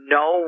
no